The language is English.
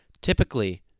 Typically